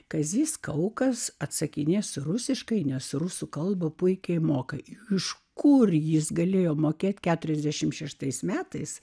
kazys kaukas atsakinės rusiškai nes rusų kalba puikiai mokai iš kur jis galėjo mokėt keturiasdešimt šeštais metais